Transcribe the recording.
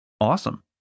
awesome